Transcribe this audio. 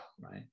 right